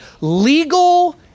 legal